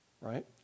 Right